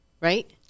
right